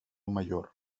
mayor